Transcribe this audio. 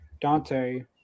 Dante